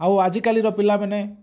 ଆଉ ଆଜିକାଲିର ପିଲାମାନେ